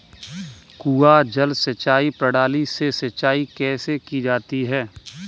कुआँ जल सिंचाई प्रणाली से सिंचाई कैसे की जाती है?